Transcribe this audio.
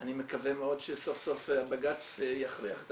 אני מקווה מאוד שסוף סוף הבג"צ יכריח את